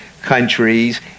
countries